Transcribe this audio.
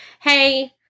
hey